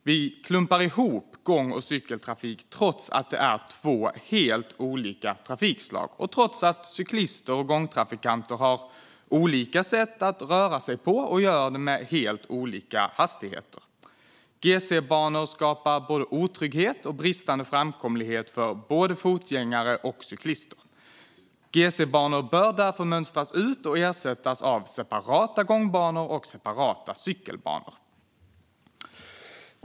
Vi klumpar ihop gång och cykeltrafik, trots att det är två helt olika trafikslag och trots att cyklister och gångtrafikanter har olika sätt att röra sig på och gör det med helt olika hastigheter. GC-banor skapar otrygghet och bristande framkomlighet för både fotgängare och cyklister. GC-banor bör därför mönstras ut och ersättas av separata gångbanor respektive separata cykelbanor.